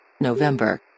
November